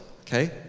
okay